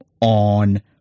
on